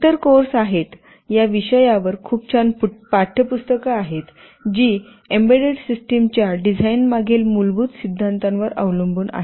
इतर कोर्स आहेत या विषयावर खूप छान पाठ्यपुस्तके आहेत जी एम्बेडेड सिस्टम च्या डिझाइनमागील मूलभूत सिद्धांतावर अवलंबून आहेत